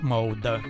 Mode